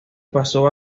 pasó